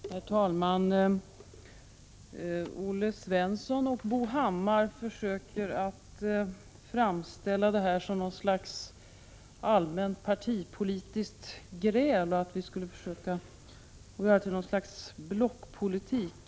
Herr talman! Olle Svensson och Bo Hammar försöker att framställa den här debatten som något slags allmänt partipolitiskt gräl och menar att vi skulle vilja driva någon sorts blockpolitik.